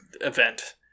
event